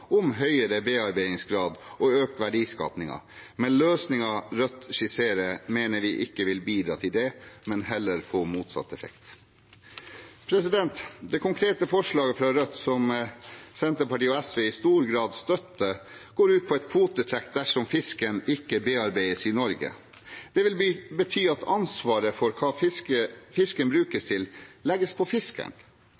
om høyere bearbeidingsgrad og økt verdiskaping, men løsningen Rødt skisserer, mener vi ikke vil bidra til det, men heller få motsatt effekt. Det konkrete forslaget fra Rødt, som Senterpartiet og SV i stor grad støtter, går ut på et kvotetrekk dersom fisken ikke bearbeides i Norge. Det vil bety at ansvaret for hva fisken brukes